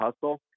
hustle